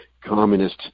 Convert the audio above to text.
communist